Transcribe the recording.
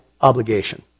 obligation